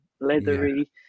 leathery